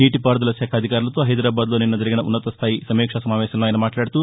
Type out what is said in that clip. నీటీపారుదల శాఖ అధికారులతో హైదరాబాదులో నిన్న జరిగిన ఉన్నతస్థాయా సమీక్షా సమావేశంలో ఆయన మాట్లాడుతూ